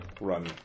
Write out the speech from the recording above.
run